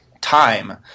time